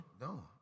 No